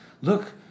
Look